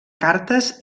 cartes